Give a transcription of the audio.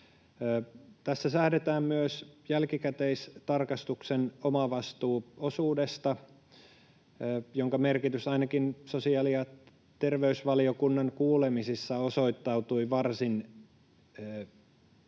Tässä säädetään myös jälkikäteistarkistuksen omavastuuosuudesta, jonka merkitys ainakin sosiaali- ja terveysvaliokunnan kuulemisissa osoittautui varsin